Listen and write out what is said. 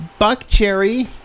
Buckcherry